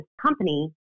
company